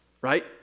right